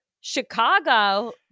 Chicago